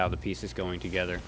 how the piece is going together